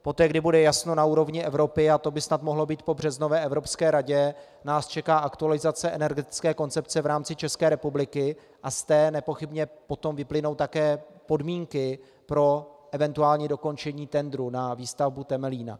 Poté, kdy bude jasno na úrovni Evropy, a to by snad mohlo být po březnové Evropské radě, nás čeká aktualizace energetické koncepce v rámci České republiky a z té nepochybně potom vyplynou také podmínky pro eventuální dokončení tendru na výstavbu Temelína.